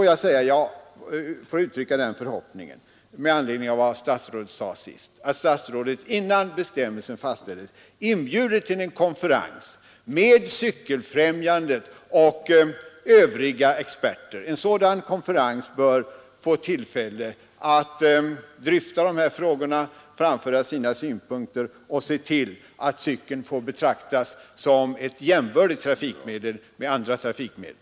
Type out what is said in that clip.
Jag vill uttrycka den förhoppningen med anledning av vad statsrådet sade sist i svaret, att statsrådet innan bestämmelsen fastställs inbjuder till en konferens med Cykeloch mopedfrämjandet och övriga experter. En sådan konferens bör få tillfälle att dryfta de här frågorna, framföra sina synpunkter och se till att cykeln betraktas som ett med andra jämbördigt trafikmedel.